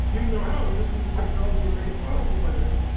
he didn't know how, he just knew the technology will make it possible by then.